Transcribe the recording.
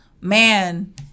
man